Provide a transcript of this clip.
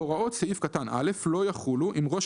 הוראות סעיף קטן (א) לא יחולו אם ראש